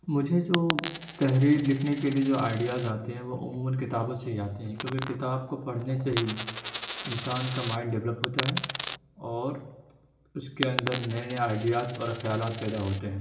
مجھے جو تحریر لکھنے کے لیے جو آئیڈیاز آتے ہیں وہ عموماً کتابوں سے ہی آتے ہیں کیونکہ کتاب کو پڑھنے سے ہی انسان کا مائنڈ ڈیولپ ہوتا ہے اور اس کے اندر نئے نئے آئیڈیاز اور خیالات پیدا ہوتے ہیں